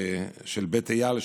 של בית איל,